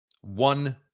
one